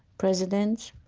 presidents,